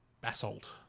basalt